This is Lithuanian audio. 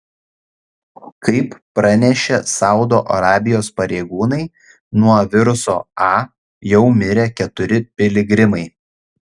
kaip pranešė saudo arabijos pareigūnai nuo viruso a jau mirė keturi piligrimai